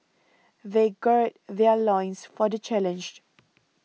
they gird their loins for the challenge